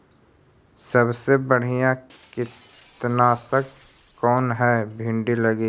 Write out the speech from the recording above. सबसे बढ़िया कित्नासक कौन है भिन्डी लगी?